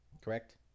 Correct